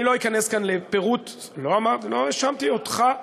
אני לא אכנס כאן לפירוט, לא האשמתי אותך.